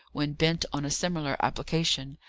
when bent on a similar application,